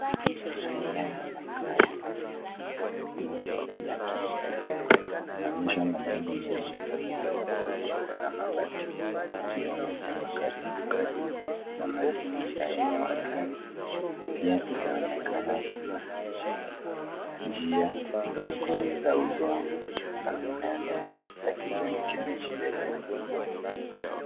Haya ni makazi duni ya Kibera. Inaonyesha majengo mengi yaliojengwa kwa udongo na mabati yakiwa yamejengwa karibu karibu na mazingira enye watu wengi pia inaonekana kuna njia ndogo za udongo na mimea mingi ya kijani kibichi mbele yake.